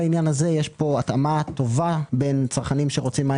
בעניין הזה יש התאמה טובה בין צרכנים שרוצים מים